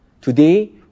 Today